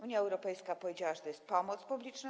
Unia Europejska powiedziała, że to jest pomoc publiczna.